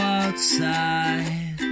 outside